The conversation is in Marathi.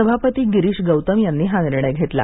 सभापती गिरीश गौतम यांनी हा निर्णय घेतला